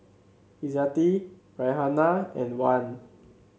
Izzati Raihana and Wan